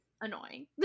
annoying